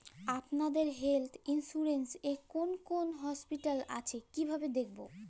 আপনাদের health insurance এ কোন কোন হসপিটাল আছে কিভাবে দেখবো?